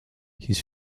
his